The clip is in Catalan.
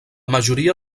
majoria